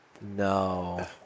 No